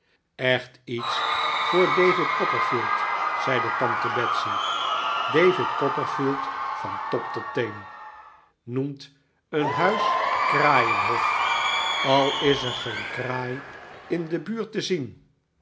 echt iets voor david copperfield zei tante betsey david copperfield van top tot teen noemt een huis kraaienhof al is er geen kraai in de buurt te zien